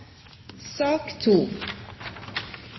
sak